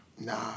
Nah